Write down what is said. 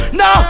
no